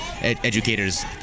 educators